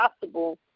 possible